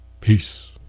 Peace